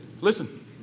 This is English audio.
Listen